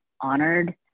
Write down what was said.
honored